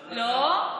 לא,